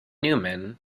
newman